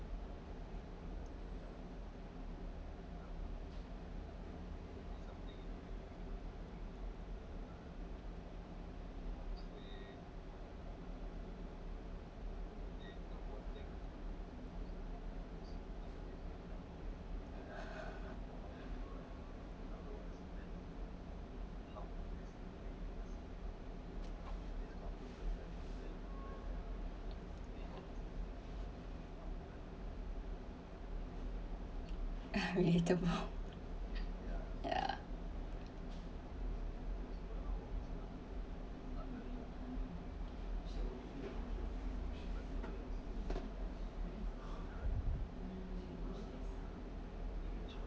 yeah